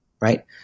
Right